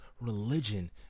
religion